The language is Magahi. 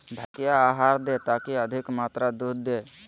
भैंस क्या आहार दे ताकि अधिक मात्रा दूध दे?